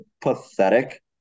pathetic